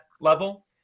level